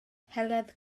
heledd